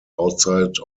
outside